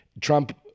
Trump